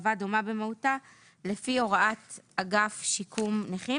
הטבה דומה במהותה לפי הוראות אגף שיקום נכים.